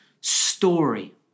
story